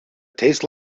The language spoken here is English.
tastes